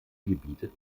gebiete